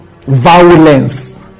violence